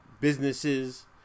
businesses